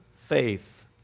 faith